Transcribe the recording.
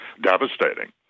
devastating